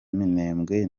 minembwe